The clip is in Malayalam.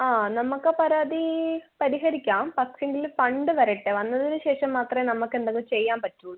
ആ നമുക്ക് ആ പരാതി പരിഹരിക്കാം പക്ഷേങ്കില് ഫണ്ട് വരട്ടെ വന്നതിന് ശേഷം മാത്രമെ നമ്മുക്കെന്തെങ്കിലും ചെയ്യാൻ പറ്റുകയുള്ളു